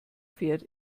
fährt